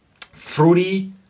fruity